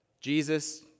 Jesus